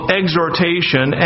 exhortation